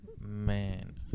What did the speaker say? Man